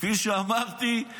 כפי שאמרתי,